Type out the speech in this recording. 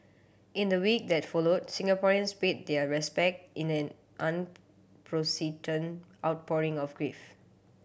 in the week that followed Singaporeans paid their respect in an unprecedented outpouring of grief